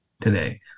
today